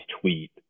tweet